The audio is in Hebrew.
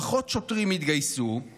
פחות שוטרים התגייסו,